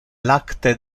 lacte